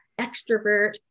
extrovert